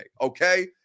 okay